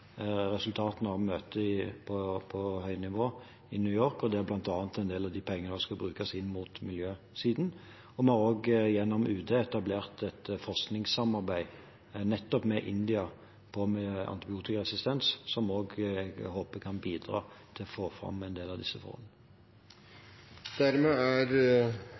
resultatene av møtet på høynivå i New York, og der bl.a. en del av de pengene skal brukes inn mot miljøsiden. Vi har også gjennom Utenriksdepartementet etablert et forskningssamarbeid nettopp med India om antibiotikaresistens, som jeg også håper kan bidra til å få fram en del av disse forholdene. Dermed er